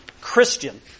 Christian